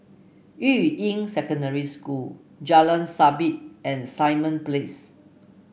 Yuying Secondary School Jalan Sabit and Simon Place